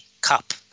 cup